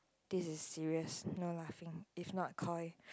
this is serious not laughing it's not Koi